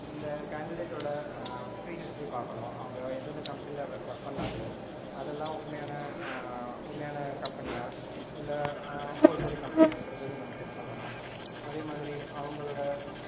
அந்த கேண்டிடேட்டோடய ப்ரீஹிஸ்ட்ரி பார்க்கணும் அவங்க எந்தெந்த கம்பெனியில் வெ ஒர்க் பண்ணாங்களோ அதெல்லாம் உண்மையான உண்மையான கம்பெனியாக இல்லை ஃபோர்ஜெரி கம்பெனியான்றதையும் நம்ம செக் பண்ணணும் அதே மாதிரி அவங்களோட